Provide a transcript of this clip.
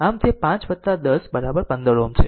આમ તે 5 10 15 Ω છે